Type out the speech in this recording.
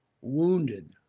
Wounded